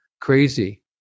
crazy